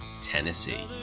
Tennessee